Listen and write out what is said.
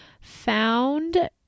found